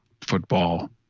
football